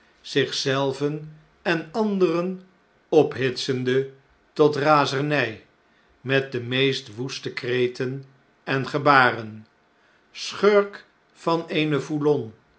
zich zelven en anderen ophitsende tot razennj met de meest woeste kreten en gebaren schurk van een